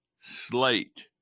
slate